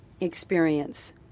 experience